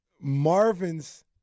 Marvin's